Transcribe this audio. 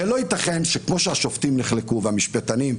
כמוש השופטים נחלקו והמשפטנים,